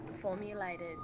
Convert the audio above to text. formulated